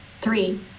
Three